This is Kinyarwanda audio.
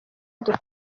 dukora